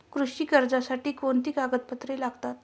कृषी कर्जासाठी कोणती कागदपत्रे लागतात?